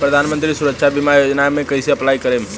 प्रधानमंत्री सुरक्षा बीमा योजना मे कैसे अप्लाई करेम?